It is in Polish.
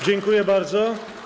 Dziękuję bardzo.